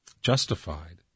justified